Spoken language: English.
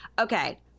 Okay